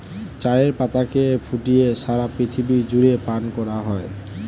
চায়ের পাতাকে ফুটিয়ে সারা পৃথিবী জুড়ে পান করা হয়